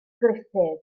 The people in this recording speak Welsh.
gruffudd